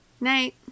Night